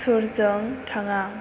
सुरजों थाङा